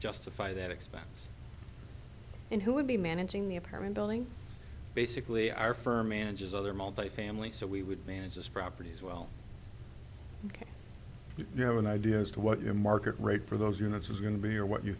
justify that expense and who would be managing the apartment building basically our firm manages other multifamily so we would manage this property as well you have an idea as to what your market rate for those units is going to be or what you